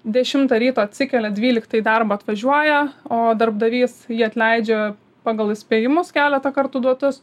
dešimtą ryto atsikelia dvyliktą į darbą atvažiuoja o darbdavys jį atleidžia pagal įspėjimus keletą kartų duotus